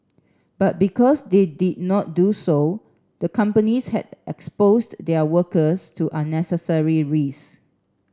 but because they did not do so the companies had exposed their workers to unnecessary risks